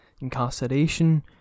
incarceration